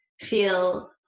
feel